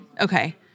Okay